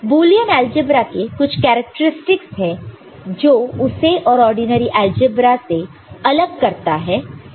Boolean algebra के कुछ characteristics से है जो उसे और ऑर्डिनरी अलजेब्रा से अलग करता है